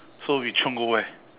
so we chiong go where